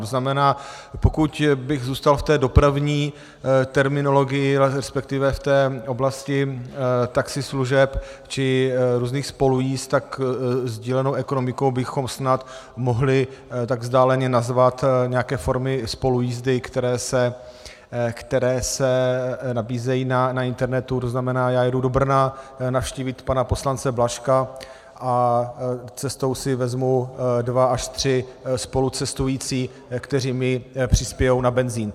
To znamená, pokud bych zůstal v té dopravní terminologii, respektive v té oblasti taxislužeb či různých spolujízd, tak sdílenou ekonomikou bychom snad mohli tak vzdáleně nazvat nějaké formy spolujízdy, které se nabízejí na internetu, to znamená já jedu do Brna navštívit pana poslance Blažka a cestou si vezmu dva až tři spolucestující, kteří mi přispějí na benzín.